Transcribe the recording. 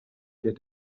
der